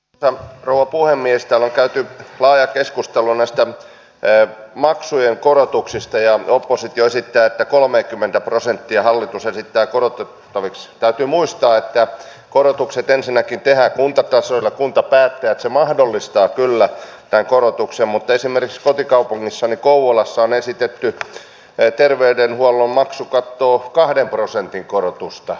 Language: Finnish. tämä ruopuhemiestä on kehitettävä yhteisötakuun suuntaan ja oppositio esittää kolmekymmentä prosenttia hallitus esittää korotettavaksi täytyy siihen että korotukset ensinnäkin tehdään kuntatasoillakuntapäättäjät mahdollistavat kyllä kai korotuksen muttei simelius kotikaupungissani kouvolassa on esitetty ja terveydenhuollon maksukattoon kahden prosentin korotusta